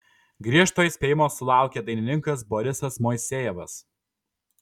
griežto įspėjimo sulaukė dainininkas borisas moisejevas